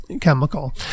chemical